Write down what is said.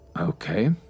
okay